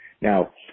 Now